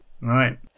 right